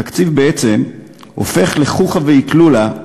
בעצם הופך לחוכא ואטלולא,